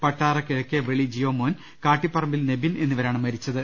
പട്ടാറ കിഴക്കേ വെളി ജിയോ മോൻ കാട്ടിപ്പറമ്പിൽ നെബിൻ എന്നിവരാണ് മരിച്ചത്